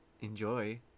enjoy